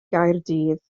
gaerdydd